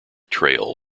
trail